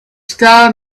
sky